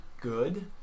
good